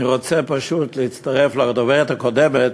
אני רוצה פשוט להצטרף לדוברת הקודמת,